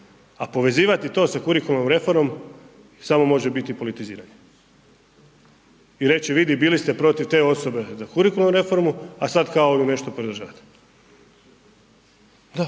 A povezivati to sa kurkularnom reformom, smo može biti politiziranje. I reći, vidi bili ste protiv te osobe za kurikularnu reformu, a sada kao vi nešto podržavate. Da,